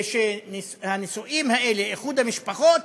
והנישואים האלה, איחוד המשפחות,